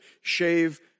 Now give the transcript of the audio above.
shave